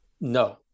no